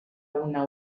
una